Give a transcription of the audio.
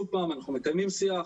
אנחנו מקיימים שיח.